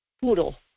poodle